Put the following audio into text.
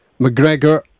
McGregor